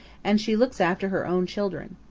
and she looks after her own children.